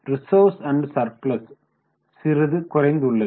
reserves and surplus சிறிது குறைந்து உள்ளது